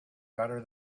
better